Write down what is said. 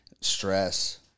stress